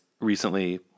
recently